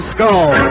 Skull